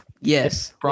Yes